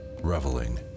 reveling